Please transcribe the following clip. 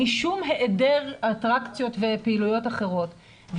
משום היעדר אטרקציות ופעילויות אחרות.